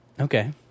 Okay